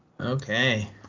Okay